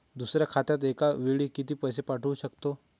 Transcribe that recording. दुसऱ्या खात्यात एका वेळी किती पैसे पाठवू शकतो?